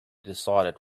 decided